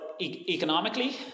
economically